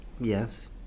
yes